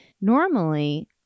Normally